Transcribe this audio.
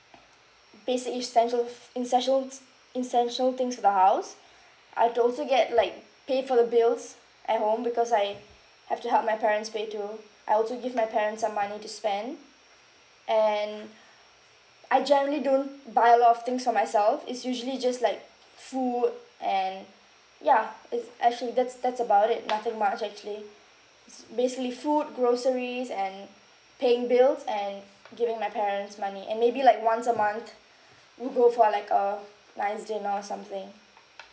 basic essential inssetials~ essential things for the house I'd also get like pay for the bills at home because I have to help my parents pay too I also give my parents some money to spend and I generally don't buy a lot of things for myself it's usually just like food and yeah is actually that's that's about it nothing much actually is basically food groceries and paying bills and giving my parents money and maybe like once a month we'll go for like a nice dinner or something